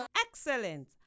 Excellent